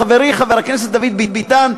חברי חבר הכנסת דוד ביטן,